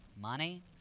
money